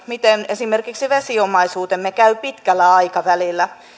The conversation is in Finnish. miten esimerkiksi vesiomaisuutemme käy pitkällä aikavälillä